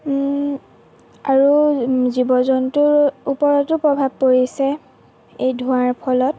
আৰু জীৱ জন্তুৰ ওপৰতো প্ৰভাৱ পৰিছে এই ধোৱাঁৰ ফলত